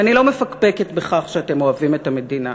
ואני לא מפקפקת בכך שאתם אוהבים את המדינה.